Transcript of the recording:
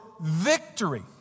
victory